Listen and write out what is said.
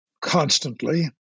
constantly